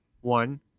One